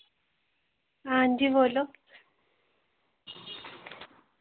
हांजी बोल्लो